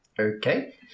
Okay